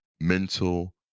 Mental